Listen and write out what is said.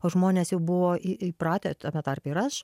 o žmonės jau buvo įpratę tame tarpe ir aš